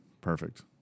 Perfect